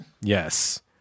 Yes